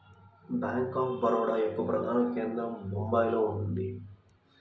bank of Baroda యొక్క ప్రధాన కేంద్రం బొంబాయిలో ఉన్నది